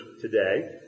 today